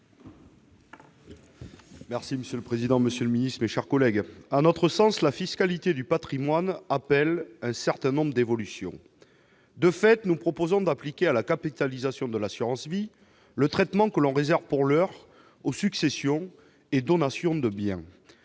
est ainsi libellé : La parole est à M. Fabien Gay. À notre sens, la fiscalité du patrimoine appelle un certain nombre d'évolutions. De fait, nous proposons d'appliquer à la capitalisation de l'assurance-vie le traitement que l'on réserve, pour l'heure, aux successions et donations de biens.